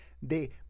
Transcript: de